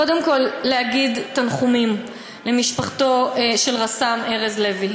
קודם כול להגיד תנחומים למשפחתו של רס"מ ארז לוי,